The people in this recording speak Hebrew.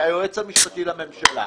היועץ המשפטי לממשלה.